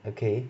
okay